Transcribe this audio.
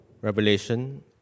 Revelation